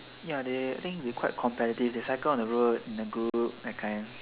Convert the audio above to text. ya they think they quite competitive they cycle on the road in a group that kind